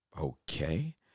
okay